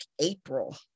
April